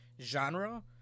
genre